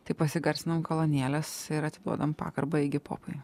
tai pasigarsinam kolonėles ir atiduodam pagarbą igi popui